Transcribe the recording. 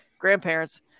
grandparents